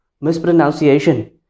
mispronunciation